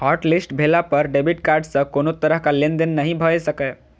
hotlist भेला पर debit card सं कोनो तरहक लेनदेन नहि भए सकैए